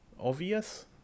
obvious